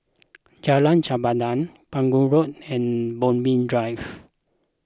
Jalan Chempedak Pegu Road and Bodmin Drive